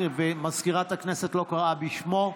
מזכירת הכנסת לא קראה בשמו?